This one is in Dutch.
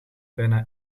bijna